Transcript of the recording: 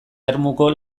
ermuko